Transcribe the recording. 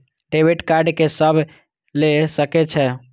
Debit card के सब ले सके छै?